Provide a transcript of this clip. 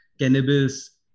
Cannabis